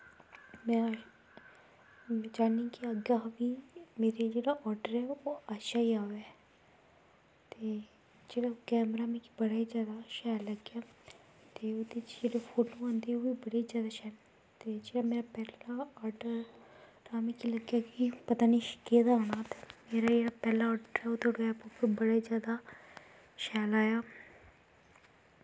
में चाह्नी कि अग्गें बी मेरा जेह्ड़ा आर्डर ऐ ओह् अच्छा गै अ'वै ते चलो कैमरा मिगी बड़ा गै जादा शैल लग्गेआ ते ओह्दै च जेह्ड़े फोटो आंदे ओह् बड़े गै जादा शैल आंदे ते जेह्ड़ा मेरा पैह्ला आर्डर तां मिगी लग्गेआ कि पता निं कनेहा आना मेरा जेह्ड़ा पैह्ला आर्डर हा ऐप उप्पर बड़ा गै जादा शैल आया